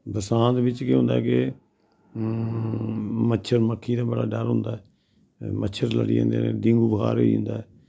बरसांत बिच्च केह् होंदा के मच्छर मक्खी दा बड़ा डर होंदा ऐ मच्छर लड़ी जंदे न डेंगू बखार होई जंदा ऐ